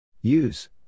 Use